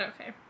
Okay